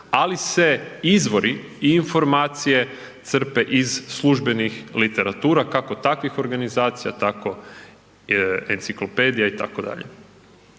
Ali se izvori i informacije crpe iz službenih literatura kako takvih organizacija, tako enciklopedija itd.